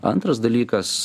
antras dalykas